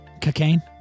Cocaine